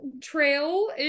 trail